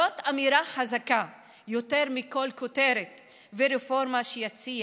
זאת אמירה חזקה יותר מכל כותרת ורפורמה שיציע